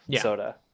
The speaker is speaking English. soda